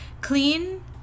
clean